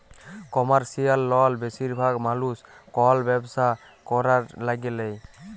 commercial লল বেশিরভাগ মালুস কল ব্যবসা ক্যরার ল্যাগে লেই